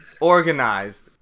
organized